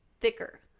thicker